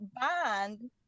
bond